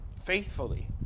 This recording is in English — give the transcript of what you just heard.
faithfully